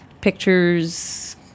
pictures